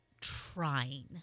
trying